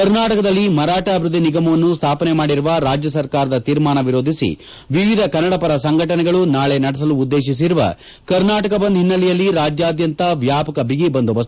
ಕರ್ನಾಟಕದಲ್ಲಿ ಮರಾಠ ಅಭಿವೃದ್ದಿ ನಿಗಮವನ್ನು ಸ್ಥಾಪನೆ ಮಾಡಿರುವ ರಾಜ್ಯ ಸರ್ಕಾರದ ತೀರ್ಮಾನ ವಿರೋಧಿಸಿ ವಿವಿಧ ಕನ್ನಡಪರ ಸಂಘಟನೆಗಳು ನಾಳೆ ನಡೆಸಲು ಉದ್ದೇಶಿಸಿರುವ ಕರ್ನಾಟಕ ಬಂದ್ ಹಿನ್ನೆಲೆಯಲ್ಲಿ ರಾಜ್ಯಾದ್ಯಂತ ವ್ಯಾಪಕ ಬಿಗಿಬಂದೋಬಸ್